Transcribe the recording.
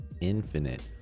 Infinite